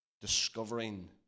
Discovering